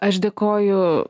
aš dėkoju